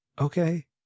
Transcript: Okay